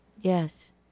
Yes